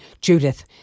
Judith